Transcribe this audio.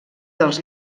dels